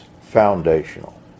foundational